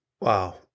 Wow